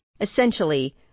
Essentially